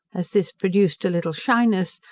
as this produced a little shyness,